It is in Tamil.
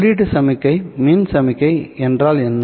உள்ளீட்டு சமிக்ஞை மின் சமிக்ஞை என்றால் என்ன